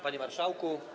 Panie Marszałku!